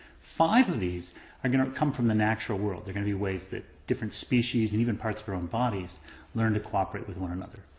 five of these are gonna come from the natural world. they're gonna be ways that different species and even parts of our own bodies learn to cooperate with one another.